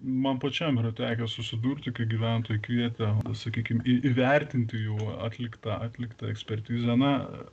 man pačiam yra tekę susidurti kai gyventojai kvietė sakykimį įvertinti jų atliktą atliktą ekspertizę na